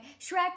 Shrek